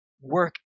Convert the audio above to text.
work